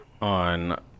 on